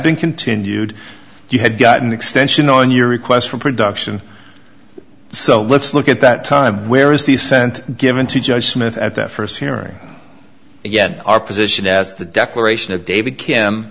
been continued you had got an extension on your request for production so let's look at that time where is the cent given to judge smith at that st hearing and yet our position as the declaration of david kim